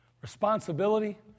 Responsibility